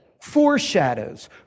foreshadows